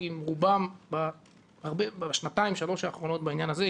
עם רובם בשנתיים-שלוש האחרונות בעניין הזה,